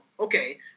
Okay